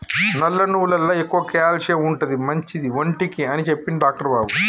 నల్ల నువ్వులల్ల ఎక్కువ క్యాల్షియం ఉంటది, మంచిది ఒంటికి అని చెప్పిండు డాక్టర్ బాబు